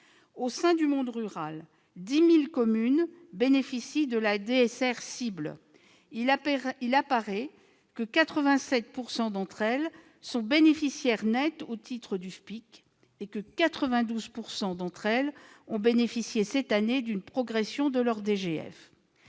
Au sein du monde rural, 10 000 communes bénéficient de la dotation de solidarité rurale cible. Il apparaît que 87 % d'entre elles sont bénéficiaires nettes au titre du FPIC et que 92 % d'entre elles ont bénéficié cette année d'une progression de leur DGF.